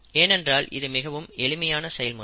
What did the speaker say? ஏனென்றால் இது மிகவும் எளிமையான செய்முறை